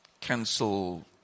cancel